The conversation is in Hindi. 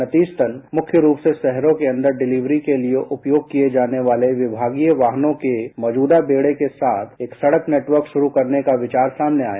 नतीजतन मुख्य रूप से शहरों के अंदर डिलीवरी के लिए उपयोग किये जाने वाले विभागीय वाहनों के मौजुदा बेडे के साथ एक सडक नेटवर्क शुरू करने का विचार सामने आया